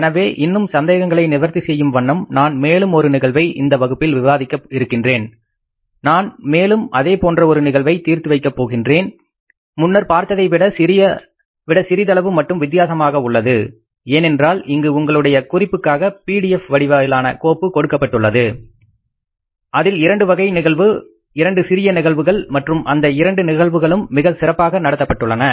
எனவே இன்னும் சந்தேகங்களை நிவர்த்தி செய்யும் வண்ணம் நான் மேலும் ஒரு நிகழ்வை இந்த வகுப்பில் விவாதிக்க இருக்கின்றேன் நான் மேலும் அதேபோன்ற ஒரு நிகழ்வை தீர்த்து வைக்கப் போகின்றேன் முன்னர் பார்த்ததை விட சிறிதளவு மட்டும் வித்தியாசமாக உள்ளது ஏனென்றால் இங்கு உங்களுடைய குறிப்புக்காக PDF வடிவிலான கோப்பு கொடுக்கப்பட்டுள்ளது அதில் இரண்டு வகை நிகழ்வு இரண்டு சிறிய நிகழ்வுகள் மற்றும் அந்த இரண்டு நிகழ்வுகளும் மிக சிறப்பாக நடத்தப்பட்டுள்ளன